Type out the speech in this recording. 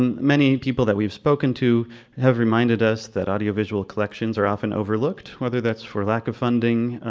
um many people that we've spoken to have reminded us that audio visual collections are often overlooked, whether that's for lack of funding,